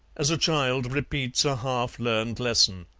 as a child repeats a half-learned lesson.